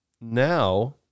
Now